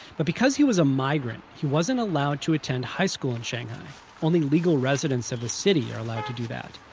but because he was a migrant, he wasn't allowed to attend high school in shanghai only legal residents of the city are allowed to do that.